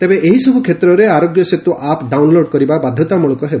ତେବେ ଏହିସବୁ କ୍ଷେତ୍ରରେ ଆରୋଗ୍ୟ ସେତୁ ଆପ୍ ଡାଉନ୍ଲୋଡ୍ କରିବା ବାଧତାମୂଳକ ହେବ